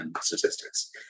statistics